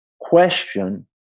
question